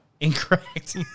incorrect